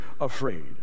afraid